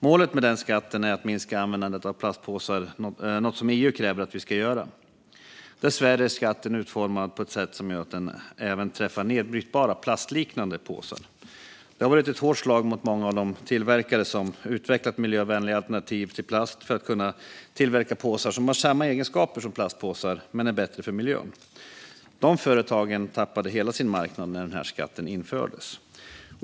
Målet med skatten är att minska användandet av plastpåsar, något som EU kräver att vi ska göra. Dessvärre är skatten utformad på ett sätt som gör att den även träffar nedbrytbara, plastliknande påsar. Det har varit ett hårt slag mot många av de tillverkare som utvecklat miljövänliga alternativ till plast för att kunna tillverka påsar som har samma egenskaper som plastpåsar men som är bättre för miljön. Dessa företag tappade hela sin marknad när skatten infördes.